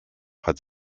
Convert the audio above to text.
hat